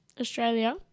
Australia